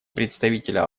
представителя